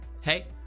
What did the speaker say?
Hey